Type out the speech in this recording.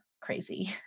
crazy